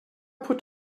put